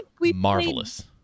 marvelous